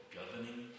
governing